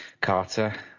Carter